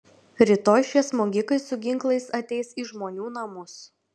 rytoj šie smogikai su ginklais ateis į žmonių namus